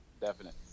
definite